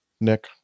Nick